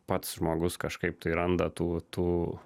pats žmogus kažkaip tai randa tų tų